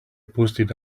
posted